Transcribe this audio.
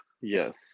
Yes